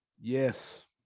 Yes